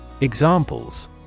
Examples